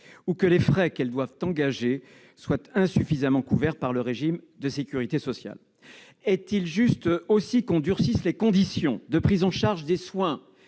que les frais qu'elles doivent engager soient insuffisamment couverts par le régime de sécurité sociale ? Est-il juste que l'on durcisse les conditions de prise en charge des soins